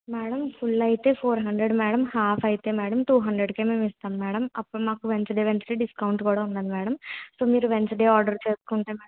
madam full అయితే four hundred madam half అయితే madam two హండ్రెడ్కే మేమిస్తాము మేడం అప్పుడు మాకు వెన్సెడే వెన్సెడే డిస్కౌంట్ కూడా ఉంది మేడం సో మీరు వెన్సెడే ఆర్డర్ చేసుకుంటే మేడం